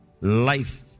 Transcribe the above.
life